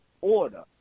order